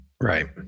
Right